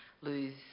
lose